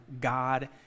God